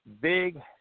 big